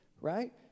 Right